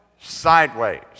sideways